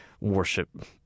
worship